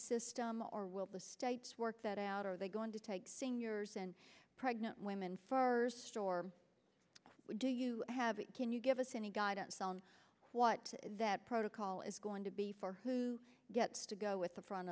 system or will the states work that out are they going to take seniors and pregnant women farce or do you have it can you give us any guidance on what that protocol is going to be for who gets to go with the front